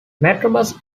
metrobus